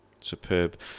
superb